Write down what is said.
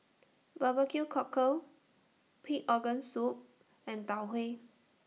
Barbecue Cockle Pig Organ Soup and Tau Huay